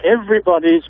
everybody's